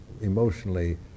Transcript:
emotionally